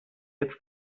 jetzt